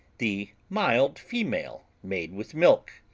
the mild female made with milk.